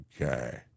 Okay